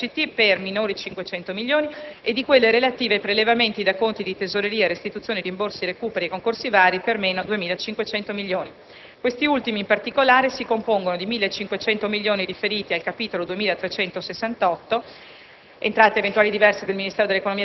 e repressione delle irregolarità e degli illeciti per minori 500 milioni e di quelle relative ai prelevamenti da conti di tesoreria, restituzioni, rimborsi, recuperi e concorsi vari per 2.500 milioni. Questi ultimi, in particolare, si compongono di 1.500 milioni riferiti al capitolo 2368